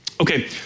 Okay